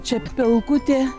čia pelkutė